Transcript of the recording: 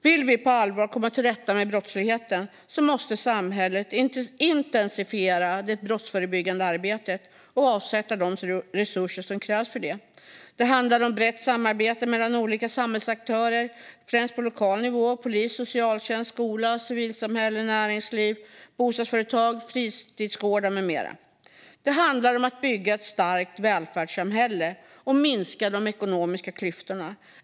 Vill vi på allvar komma till rätta med brottsligheten måste samhället intensifiera det brottsförebyggande arbetet och avsätta de resurser som krävs för det. Det handlar om brett samarbete mellan olika samhällsaktörer främst på lokal nivå - polis, socialtjänst, skola, civilsamhälle, näringsliv, bostadsföretag, fritidsgårdar med mera. Det handlar om att bygga ett starkt välfärdssamhälle och minska de ekonomiska klyftorna.